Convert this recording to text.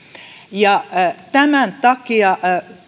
tämän takia